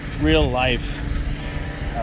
real-life